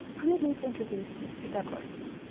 permit me to introduce mr. douglas,